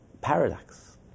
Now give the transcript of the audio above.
paradox